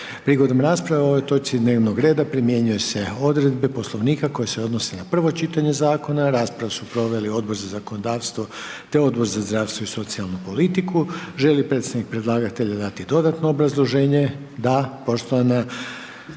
Prigodom rasprave o ovoj točci dnevnog reda, primjenjuju se odredbe poslovnika koje se odnose na prvo čitanje zakona. Raspravu su proveli Odbor za zakonodavstvo, Odbor za unutarnju politiku, nacionalnu sigurnost, te Odbor za Hrvate izvan RH. Želi li predstavnik predlagatelja dati dodatno obrazloženje? Da. Poštovani